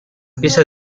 pieza